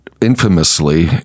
infamously